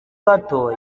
gato